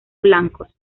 blancos